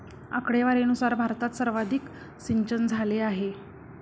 आकडेवारीनुसार भारतात सर्वाधिक सिंचनझाले आहे